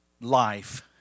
life